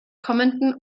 kommenden